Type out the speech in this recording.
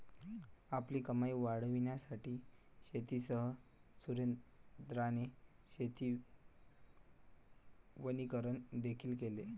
आपली कमाई वाढविण्यासाठी शेतीसह सुरेंद्राने शेती वनीकरण देखील केले